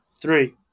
Three